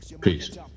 Peace